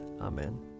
Amen